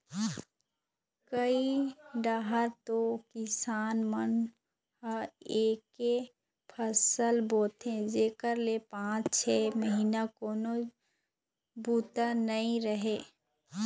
कइ डाहर तो किसान मन ह एके फसल बोथे जेखर ले पाँच छै महिना कोनो बूता नइ रहय